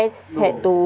no